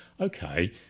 okay